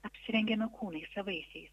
apsirengėme kūnais savaisiais